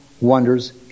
Wonders